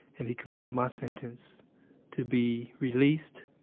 and he commuted my sentence to be released